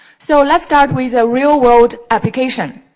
so, let's start with a real-world application.